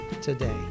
today